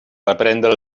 reprendre